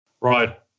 Right